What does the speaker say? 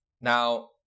Now